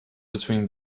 between